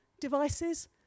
devices